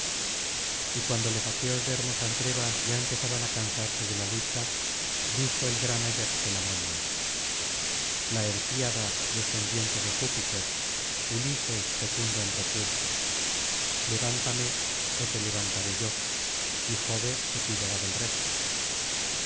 y cuando los aqueos de hermosas grebas ya empezaban á cansarse de la lucha dijo el gran áyax del la artieda descendiente de júpiter ulises fecundo en recursos levántame ó te levantaré yo y jove se cuidará del resto